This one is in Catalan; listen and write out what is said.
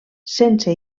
sense